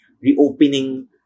reopening